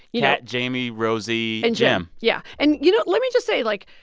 yeah jamie, rosie and jim yeah. and, you know, let me just say, like,